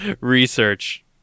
research